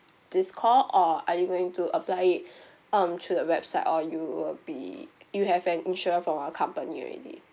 this call or are you going to apply it um through the website or you will be you have an insurance from our company already